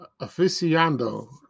aficionado